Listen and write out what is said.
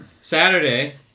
Saturday